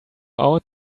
out